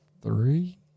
three